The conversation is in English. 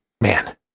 man